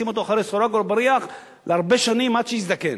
לשים אותו מאחורי סורג ובריח להרבה שנים עד שיזדקן,